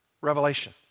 Revelation